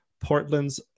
Portland's